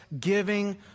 giving